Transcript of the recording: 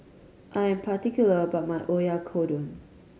I'm particular about my Oyakodon